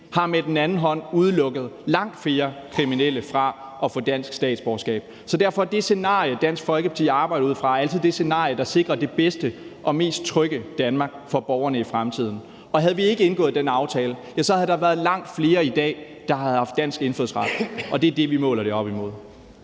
på den anden side har udelukket langt flere kriminelle fra at få dansk statsborgerskab. Så derfor er det scenarie, som Dansk Folkeparti arbejder ud fra, altid det scenarie, der sikrer det bedste og mest trygge Danmark for borgerne i fremtiden. Og havde vi ikke indgået den aftale, havde der været langt flere i dag, der havde haft dansk indfødsret, og det er det, vi måler det op imod.